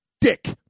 Dick